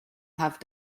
have